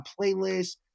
playlist